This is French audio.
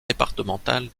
départementale